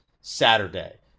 saturday